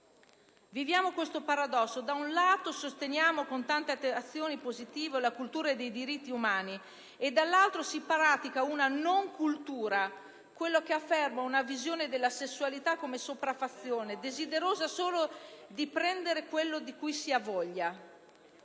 Viviamo questo paradosso: da un lato sosteniamo con tante azioni positive la cultura dei diritti umani, mentre dall'altro si pratica una non cultura, quella che afferma una visione della sessualità come sopraffazione, desiderosa solo di prendere quello di cui si ha voglia.